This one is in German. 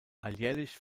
alljährlich